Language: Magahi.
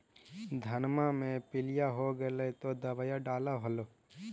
धनमा मे पीलिया हो गेल तो दबैया डालो हल?